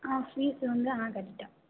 ஆ fees வந்து ஆ கட்டிட்டாள்